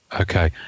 okay